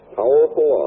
powerful